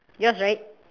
yours right